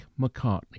McCartney